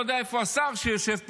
אני לא יודע איפה השר שיושב פה,